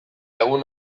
egun